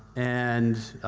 and,